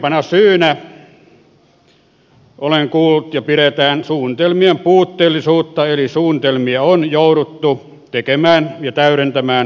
suurimpana syynä olen kuullut pidetään suunnitelmien puutteellisuutta eli suunnitelmia on jouduttu tekemään ja täydentämään rakennusvaiheen aikana